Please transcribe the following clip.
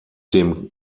dem